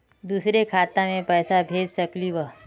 दुसरे खाता मैं पैसा भेज सकलीवह?